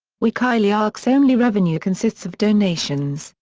wikileaks' only revenue consists of donations,